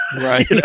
right